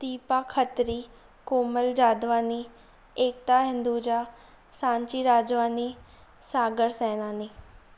Deepa Khatri Komal Jadwani Ekta Hinduja Sanchi Rajwani Sagar Sainani